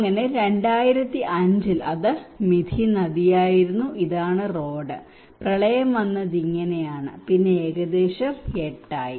അങ്ങനെ 2005 ൽ അത് മിഥി നദിയായിരുന്നു ഇതാണ് റോഡ് പ്രളയം വന്നത് ഇങ്ങനെയാണ് പിന്നെ ഏകദേശം 8 ആയി